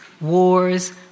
wars